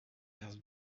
verse